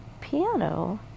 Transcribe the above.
piano